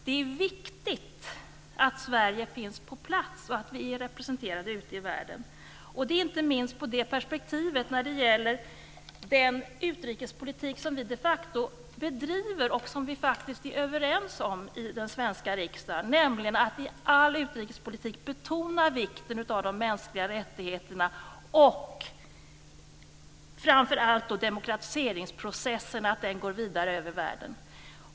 Det är viktigt att Sverige finns på plats och är representerat ute i världen, inte minst med tanke på den utrikespolitik som vi de facto bedriver och faktiskt är överens om i den svenska riksdagen, nämligen att i all utrikespolitik betona vikten av de mänskliga rättigheterna och, framför allt, att demokratiseringsprocessen går vidare över världen.